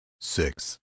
six